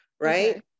right